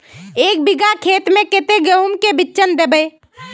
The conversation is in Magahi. एक बिगहा खेत में कते गेहूम के बिचन दबे?